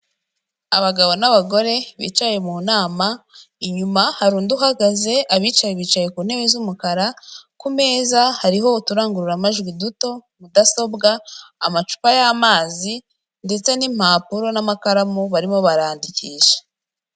Abagabo n'abagore bicaye mu nama, inyuma hari undi uhagaze abicaye bicaye ku ntebe z'umukara, ku meza hariho uturangururamajwi duto, mudasobwa, amacupa y'amazi ndetse n'impapuro n'amakaramu barimo barandikisha.